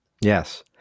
Yes